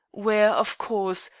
where, of course,